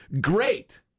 great